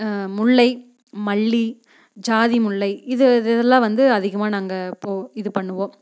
முல்லை மல்லி ஜாதிமுல்லை இது இது இதெல்லாம் வந்து அதிகமாக நாங்கள் இது பண்ணுவோம்